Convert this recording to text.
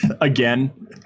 Again